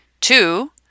Two